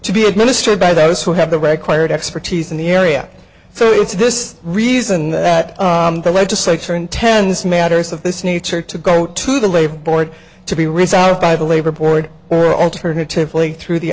to be administered by those who have the require expertise in the area so it's this reason that the legislature intends matters of this nature to go to the labor board to be resolved by the labor board or alternatively through the